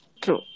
true